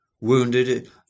wounded